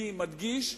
אני מדגיש,